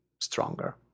stronger